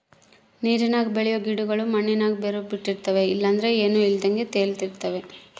ನೀರಿನಾಗ ಬೆಳಿಯೋ ಗಿಡುಗುಳು ಮಣ್ಣಿನಾಗ ಬೇರು ಬುಟ್ಟಿರ್ತವ ಇಲ್ಲಂದ್ರ ಏನೂ ಇಲ್ದಂಗ ತೇಲುತಿರ್ತವ